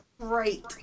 Great